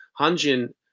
Hanjin